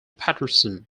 paterson